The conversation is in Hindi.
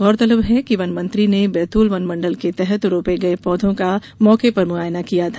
गौरतलब है कि वनमंत्री ने बैतूल वनमंडल के तहत रोपे गये पौधों का मौके पर मुआयना किया था